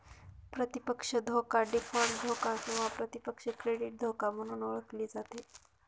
प्रतिपक्ष धोका डीफॉल्ट धोका किंवा प्रतिपक्ष क्रेडिट धोका म्हणून ओळखली जाते